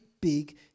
big